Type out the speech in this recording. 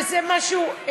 וזה משהו,